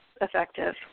effective